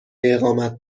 اقامت